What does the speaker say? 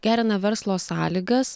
gerina verslo sąlygas